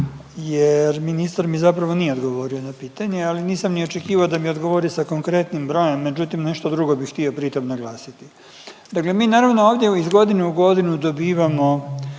jer ministar mi zapravo nije odgovorio na pitanje, ali nisam ni očekivao da mi odgovori sa konkretnim brojem, međutim nešto drugo bih htio pri tom naglasiti. Dakle, mi naravno ovdje iz godine u godinu dobivamo